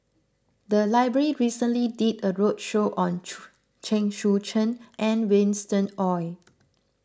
the library recently did a roadshow on Chen Sucheng and Winston Oh